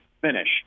finish